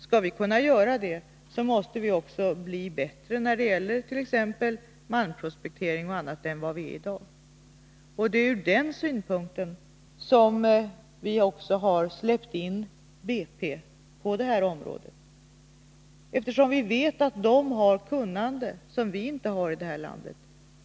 Skall vi kunna göra det måste vi också bli bättre när det gäller t.ex. malmprospektering. Det är ur den synvinkeln som vi har släppt in BP på det här området — vi vet att BP har ett kunnande som vi inte har här i landet.